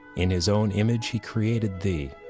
in his own image he created thee,